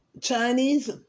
Chinese